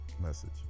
message